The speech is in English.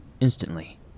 Instantly